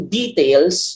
details